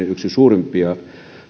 yksi suurimpia